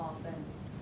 offense